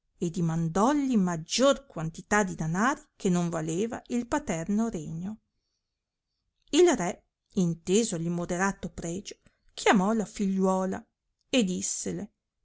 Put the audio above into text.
e dimandolli maggior quantità di danari che non valeva il paterno regno il re inteso l immoderato pregio chiamò la figliuola e dissele